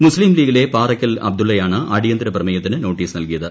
മുസ്തീംലീഗിലെ പാറയ്ക്കൽ അബ്ദുള്ളയാണ് അടിയന്തിര പ്രമേയത്തിന് നോട്ടീസ് നൽകിയത്